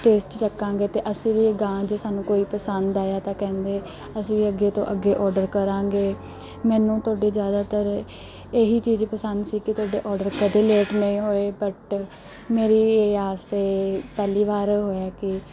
taste ਚੱਖਾਂਗੇ ਅਤੇ ਅਸੀਂ ਵੀ ਅਗਾਂਹ ਜੇ ਸਾਨੂੰ ਕੋਈ ਪਸੰਦ ਆਇਆ ਤਾਂ ਕਹਿੰਦੇ ਅਸੀਂ ਅੱਗੇ ਤੋਂ ਅੱਗੇ ਆਡਰ ਕਰਾਂਗੇ ਮੈਨੂੰ ਤੁਹਾਡੇ ਜ਼ਿਆਦਾਤਰ ਇਹ ਹੀ ਚੀਜ਼ ਪਸੰਦ ਸੀ ਕਿ ਤੁਹਾਡੇ ਆਡਰ ਕਦੇ ਲੇਟ ਨਹੀਂ ਹੋਏ ਬਟ ਮੇਰੀ ਆਸ 'ਤੇ ਪਹਿਲੀ ਵਾਰ ਹੋਇਆ ਕਿ